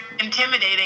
intimidating